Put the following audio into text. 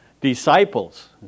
disciples